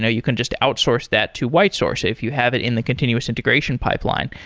ah you can just outsource that to white source if you have it in the continuous integration pipeline.